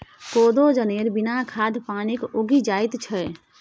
कोदो जनेर बिना खाद पानिक उगि जाएत छै